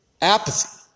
Apathy